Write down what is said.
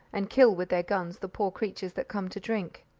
and kill with their guns the poor creatures that come to drink.